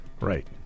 Right